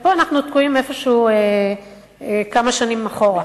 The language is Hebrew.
ופה אנחנו תקועים איפשהו כמה שנים אחורה.